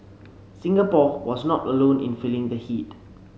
Singapore was not alone in feeling the heat